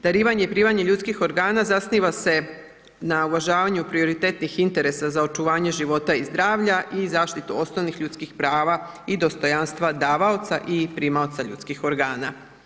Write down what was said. Darivanje i primanje ljudskih organa zasniva se na uvažavanju prioritetnih interesa za očuvanje života i zdravlja i zaštitu osnovnih ljudskih prava i dostojanstva davaoca i primaoca ljudskih organa.